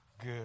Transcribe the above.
Good